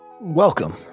welcome